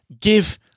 give